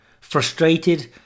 frustrated